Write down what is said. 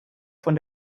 von